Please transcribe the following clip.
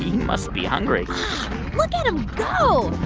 he must be hungry look at him go,